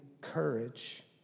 courage